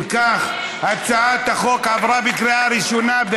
אם כך, הצעת החוק עברה בקריאה ראשונה.